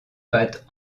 pattes